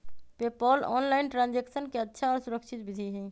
PayPal online transaction के अच्छा और सुरक्षित विधि हई